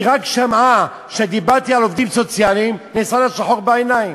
היא רק שמעה שדיברתי על עובדים סוציאליים ונעשה לה שחור בעיניים.